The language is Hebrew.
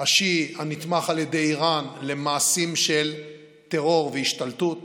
השיעי הנתמך על ידי איראן במעשים של טרור והשתלטות,